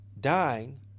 dying